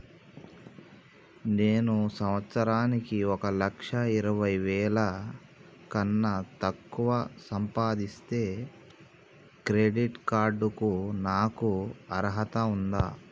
నేను సంవత్సరానికి ఒక లక్ష ఇరవై వేల కన్నా తక్కువ సంపాదిస్తే క్రెడిట్ కార్డ్ కు నాకు అర్హత ఉందా?